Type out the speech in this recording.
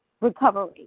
recovery